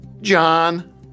John